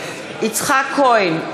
יצחק כהן,